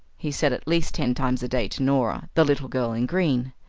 he said at least ten times a day to norah, the little girl in green.